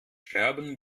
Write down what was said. scherben